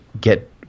get